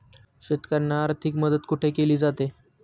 शेतकऱ्यांना आर्थिक मदत कुठे केली जाते?